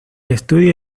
estudio